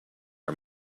are